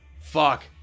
Fuck